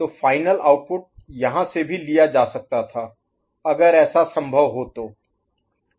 तो final output यहाँ से भी लिया जा सकता था अगर ऐसा संभव हो तो